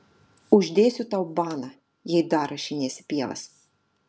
uždėsiu tau baną jei dar rašinėsi pievas